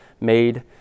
made